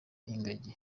ingagi